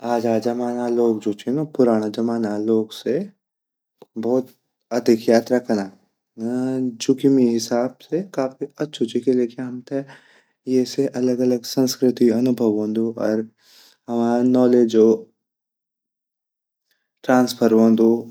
आजा जमाना लोग जु छिन उ पुराना जमाना लोगू सी भोत ज़्यादा अधिक यात्रा कना जु की मेरा हिसाब से काफी अच्छू ची किलेकी हमते ये से अलग-अलग संस्कृति अनुभव वोन्दु अर हमा नॉलेज ट्रांसफर वोन्दु।